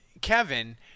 Kevin